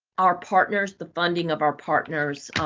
our partners, the funding of our partners,